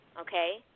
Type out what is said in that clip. okay